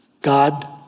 God